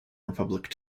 republic